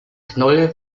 knolle